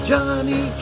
Johnny